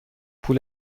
پول